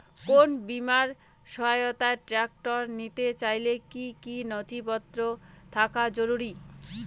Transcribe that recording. কোন বিমার সহায়তায় ট্রাক্টর নিতে চাইলে কী কী নথিপত্র থাকা জরুরি?